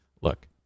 look